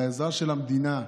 לעזרה של המדינה,